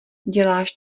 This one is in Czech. děláš